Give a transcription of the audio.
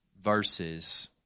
verses